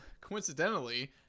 coincidentally